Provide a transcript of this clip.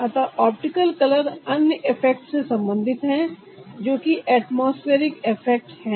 अतः optical colour अन्य effect से संबंधित है जो कि एटमॉस्फेरिक इफेक्ट है